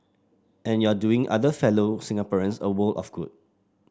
and you're doing other fellow Singaporeans a world of good